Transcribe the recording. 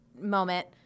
moment